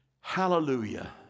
hallelujah